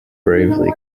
bravely